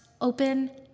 open